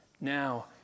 Now